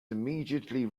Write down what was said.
immediately